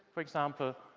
for example,